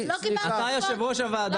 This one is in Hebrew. לא קיבלנו תשובות.